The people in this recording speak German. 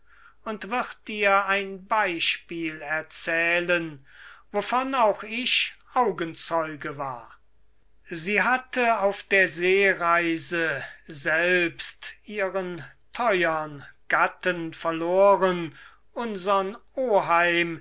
und wird dir ein beispiel erzählen wovon auch ich augenzeuge war sie hatte auf der seereise selbst ihren theuern gatten verloren unsern oheim